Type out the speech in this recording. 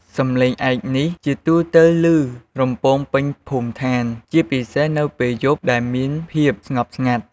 សំឡេងឯកនេះជាទូទៅលឺរំពងពេញភូមិឋាន ជាពិសេសនៅពេលយប់ដែលមានភាពស្ងប់ស្ងាត់។